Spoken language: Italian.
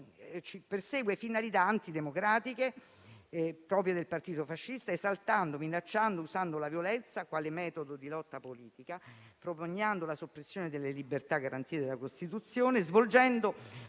perseguano "finalità antidemocratiche proprie del partito fascista, esaltando, minacciando o usando la violenza quale metodo di lotta politica o propugnando la soppressione delle libertà garantite dalla Costituzione o denigrando